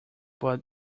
but